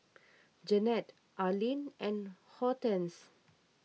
Jennette Arlyn and Hortense